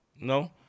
No